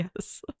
Yes